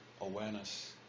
awareness